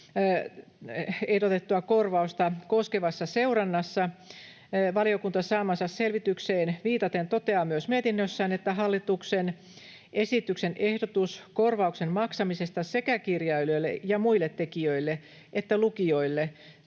ehdotettua korvausta koskevassa seurannassa. Valiokunta saamaansa selvitykseen viitaten toteaa myös mietinnössään, että hallituksen esityksen ehdotus korvauksen maksamisesta sekä kirjailijoille ja muille tekijöille että lukijoille